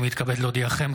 הינני מתכבד להודיעכם,